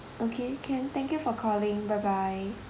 okay can thank you for calling bye bye